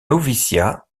noviciat